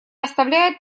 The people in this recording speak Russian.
оставляет